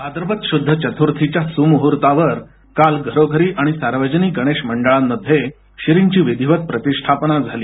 भाद्रपद शुद्ध चतुर्थीच्या सुमूहूर्तावर काल घरोघरी आणि सार्वजनिक गणेश मंडळामध्ये श्रींची विधिवत प्रतिष्ठापना झाली